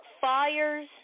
fires